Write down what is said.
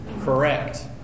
correct